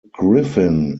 griffin